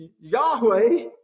yahweh